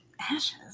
Ashes